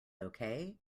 okay